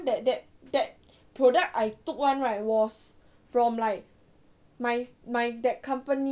that that that product I took [one] right was from like my my that company